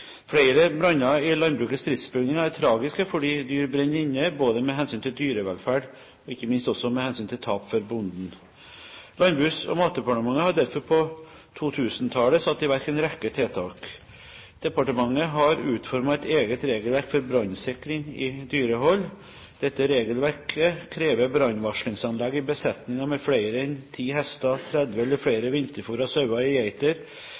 Flere branner i landbrukets driftsbygninger er tragisk fordi dyr brenner inne, både med hensyn til dyrevelferd og ikke minst også med hensyn til tap for bonden. Landbruks- og matdepartementet har derfor på 2000-tallet satt i verk en rekke tiltak. Departementet har utformet et eget regelverk for brannsikring i dyrehold. Dette regelverket krever brannvarslingsanlegg i besetninger med flere enn 10 hester, 30 eller flere vinterfôrede sauer eller geiter,